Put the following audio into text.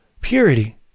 purity